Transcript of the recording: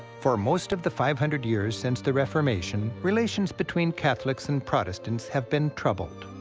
for most of the five hundred years since the reformation, relations between catholics and protestants have been troubled.